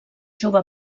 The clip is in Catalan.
jove